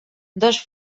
dos